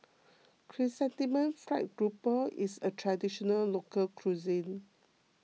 Chrysanthemum Fried Grouper is a Traditional Local Cuisine